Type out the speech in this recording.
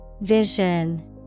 Vision